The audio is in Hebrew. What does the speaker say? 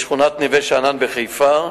בשכונת נווה-שאנן בחיפה.